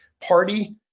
party